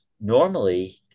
normally